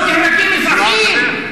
לא נהרגים אזרחים?